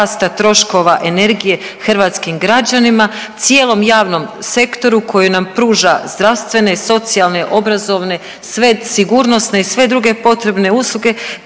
troškova energije hrvatskim građanima, cijelom javnom sektoru koji nam pruža zdravstvene, socijalne, obrazovne sve sigurnosne i sve druge potrebne usluge